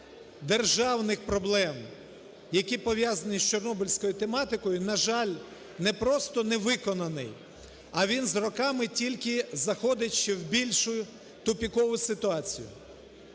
державних проблем, які пов'язані з Чорнобильською тематикою, на жаль, не просто не виконаний, а він з роками тільки заходить ще в більш тупикову ситуацію.